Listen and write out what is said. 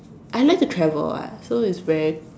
I like to travel [what] so it's very